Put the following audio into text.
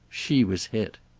she was hit.